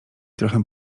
trochę